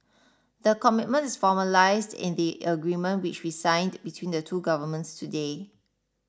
the commitment formalised in the agreement which we signed between the two governments today